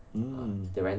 hmm